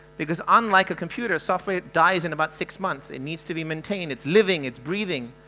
because unlike a computer software it dies in about six months. it needs to be maintained. it's living it's breathing.